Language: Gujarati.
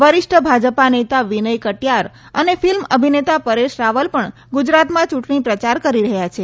વરિષ્ઠ ભાજપ નેતા વિનય કટિયાર અને ફિલ્મ અભિનેતા પરેશ રાવલ પર ગુજરાતમાં ચૂંટણી પ્રચાર કરી રહ્યા છે